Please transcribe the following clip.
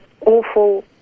awful